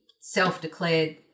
self-declared